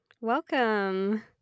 Welcome